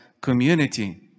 community